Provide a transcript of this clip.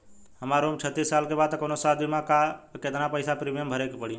हमार उम्र छत्तिस साल बा त कौनों स्वास्थ्य बीमा बा का आ केतना पईसा प्रीमियम भरे के पड़ी?